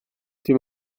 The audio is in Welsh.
dim